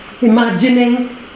imagining